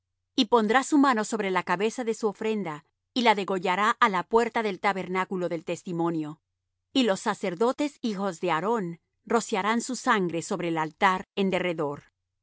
y pondrá su mano sobre la cabeza de su ofrenda y la degollará á la puerta del tabernáculo del testimonio y los sacerdotes hijos de aarón rociarán su sangre sobre el altar en derredor